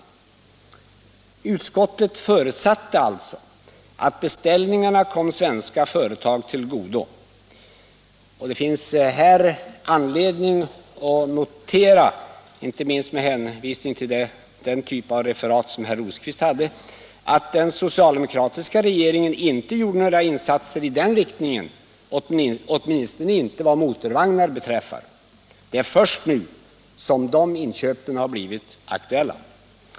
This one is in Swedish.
Utskottet förutsatte alltså att beställningarna kom svenska företag till godo. Det finns här anledning att notera — inte minst med hänsyn till herr Rosqvists referat — att den socialdemokratiska regeringen inte gjorde några insatser i den riktningen, åtminstone inte vad motorvagnarna beträffar. Det är först nu som inköp blivit aktuella.